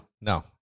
No